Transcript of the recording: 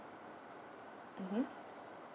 mmhmm